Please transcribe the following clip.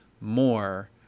more